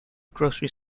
grocery